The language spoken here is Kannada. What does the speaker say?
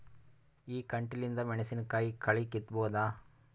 ಈ ಕಂಟಿಲಿಂದ ಮೆಣಸಿನಕಾಯಿ ಕಳಿ ಕಿತ್ತಬೋದ?